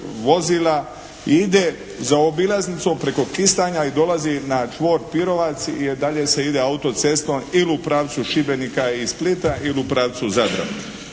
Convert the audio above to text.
vozila ide zaobilaznicom preko Kistanja i dolazi na čvor Pirovac i dalje se ide autocestom il' u pravcu Šibenika i Splita il' u pravcu Zadra.